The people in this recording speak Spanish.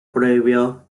prohibió